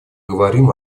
говорим